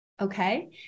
Okay